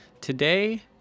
Today